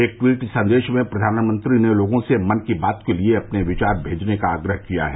एक ट्वीट संदेश में प्रधानमंत्री ने लोगों से मन की बात के लिए अपने विचार भेजने का आग्रह किया है